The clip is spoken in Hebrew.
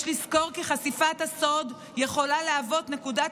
יש לזכור כי חשיפת הסוד יכולה להוות נקודת